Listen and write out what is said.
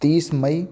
तीस मई